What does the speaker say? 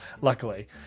luckily